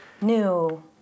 new